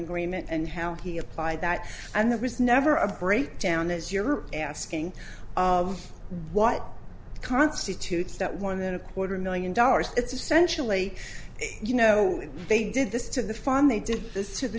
agreement and how he applied that and there was never a breakdown as you're asking of what constitutes that one than a quarter million dollars it's essentially you know they did this to the farm they did this t